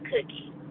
cookie